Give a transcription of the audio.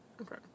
Okay